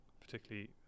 particularly